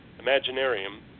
Imaginarium